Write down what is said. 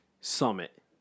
summit